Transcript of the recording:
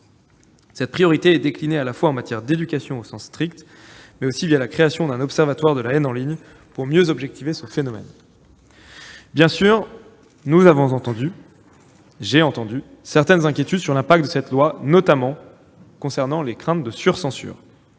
Cette priorité est déclinée à la fois en matière d'éducation au sens strict, mais aussi la création d'un observatoire de la haine en ligne pour mieux prendre en compte ce phénomène. Bien sûr, nous avons entendu certaines inquiétudes sur l'impact de ce texte, notamment les craintes de sur-censure.